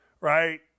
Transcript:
right